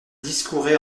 discourait